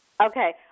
Okay